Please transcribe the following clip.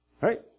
Right